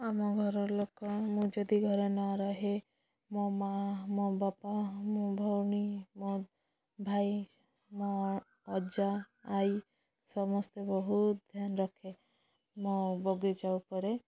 ଆମ ଘର ଲୋକ ମୁଁ ଯଦି ଘରେ ନ ରହେ ମୋ ମା ମୋ ବାପା ମୋ ଭଉଣୀ ମୋ ଭାଇ ମୋ ଅଜା ଆଈ ସମସ୍ତେ ବହୁତ ଧ୍ୟାନ ରଖେ ମୋ ବଗିଚା ଉପରେ